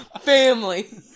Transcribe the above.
family